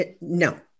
No